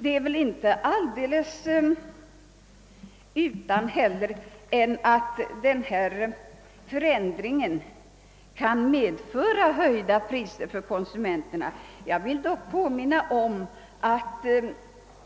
Det är väl inte heller alldeles utan att den förändring vi nu beslutar om kan medföra höjda priser för konsumenterna. Jag vill påminna om att